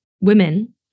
women